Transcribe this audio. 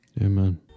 Amen